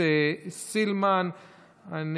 היא